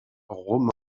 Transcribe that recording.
roman